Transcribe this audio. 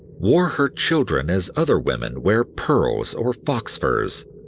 wore her children as other women wear pearls or fox furs.